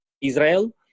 Israel